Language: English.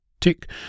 Tick